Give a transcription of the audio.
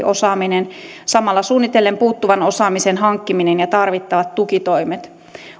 osaaminen samalla suunnitellen puuttuvan osaamisen hankkiminen ja tarvittavat tukitoimet